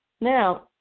now